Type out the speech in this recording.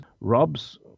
Rob's